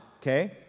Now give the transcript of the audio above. okay